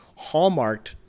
hallmarked